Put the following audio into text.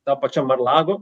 tam pačiam arlago